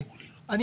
אבל,